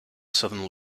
southern